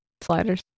Sliders